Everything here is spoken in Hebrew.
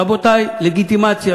רבותי, לגיטימציה.